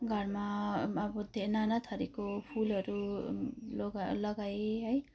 घरमा अब त्यहाँ नानाथरीको फुलहरू लगा लगाएँ है